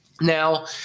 Now